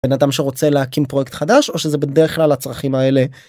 בן אדם שרוצה להקים פרויקט חדש או שזה בדרך כלל הצרכים האלה.